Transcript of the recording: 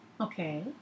Okay